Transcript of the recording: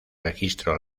registro